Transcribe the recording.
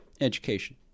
education